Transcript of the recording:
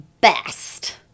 best